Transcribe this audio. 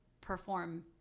perform